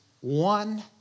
one